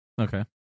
Okay